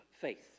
faith